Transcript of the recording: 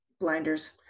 Blinders